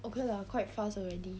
okay lah quite fast already